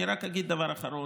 אני רק אגיד דבר אחרון,